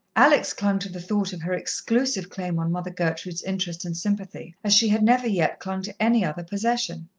alex clung to the thought of her exclusive claim on mother gertrude's interest and sympathy as she had never yet clung to any other possession.